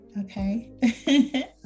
okay